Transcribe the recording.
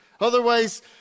Otherwise